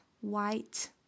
white